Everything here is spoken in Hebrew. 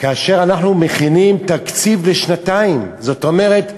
כאשר אנחנו מכינים תקציב לשנתיים, זאת אומרת,